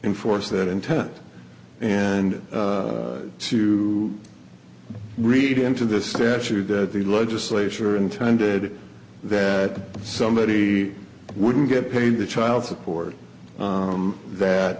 enforce that intent and to read into the statute that the legislature intended that somebody wouldn't get paid the child support that